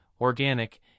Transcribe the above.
organic